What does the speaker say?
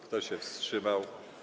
Kto się wstrzymał?